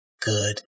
good